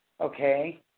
Okay